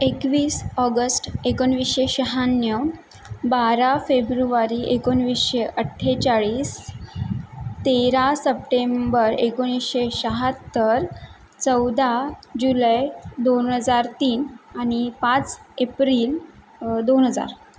एक एकवीस ऑगस्ट एकोणवीसशे शहाण्ण्यव बारा फेब्रुवारी एकोणवीसशे अठ्ठेचाळीस तेरा सप्टेंबर एकोणीसशे शहात्तर चौदा जुलै दोन हजार तीन आणि पाच एप्रिल दोन हजार